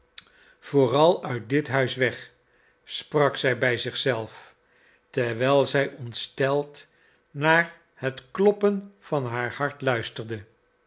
vooral uit dit huis weg sprak zij bij zich zelf terwijl zij ontsteld naar het kloppen van haar hart luisterde